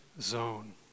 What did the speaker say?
zone